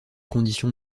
conditions